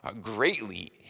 greatly